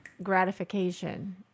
Gratification